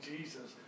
Jesus